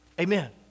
Amen